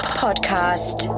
podcast